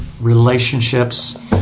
relationships